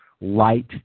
light